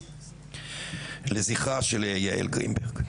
לזכרה של יעל גרינברג.